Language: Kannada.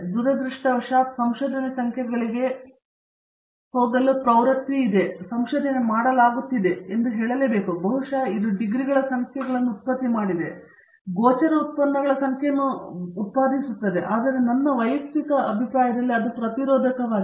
ದುರದೃಷ್ಟವಶಾತ್ ಸಂಶೋಧನೆ ಸಂಖ್ಯೆಗಳಿಗೆ ಹೋಗಲು ಪ್ರವೃತ್ತಿ ಇದೆ ಎಂದು ಸಂಶೋಧನೆ ಮಾಡಲಾಗುತ್ತಿದೆ ಎಂದು ನಾನು ಹೇಳಲೇ ಬೇಕು ಬಹುಶಃ ಇದು ಡಿಗ್ರಿಗಳ ಸಂಖ್ಯೆಗಳನ್ನು ಉತ್ಪತ್ತಿ ಮಾಡಿದೆ ಬಹುಶಃ ಇದು ಗೋಚರ ಉತ್ಪನ್ನಗಳ ಸಂಖ್ಯೆಗಳನ್ನು ಉತ್ಪಾದಿಸುತ್ತದೆ ಮತ್ತು ನನ್ನ ವೈಯಕ್ತಿಕ ಅಭಿಪ್ರಾಯದಲ್ಲಿ ಅದು ಪ್ರತಿರೋಧಕವಾಗಿದೆ